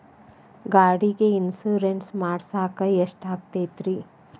ಗಾಡಿಗೆ ಇನ್ಶೂರೆನ್ಸ್ ಮಾಡಸಾಕ ಎಷ್ಟಾಗತೈತ್ರಿ?